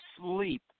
sleep